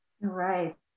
Right